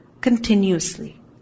continuously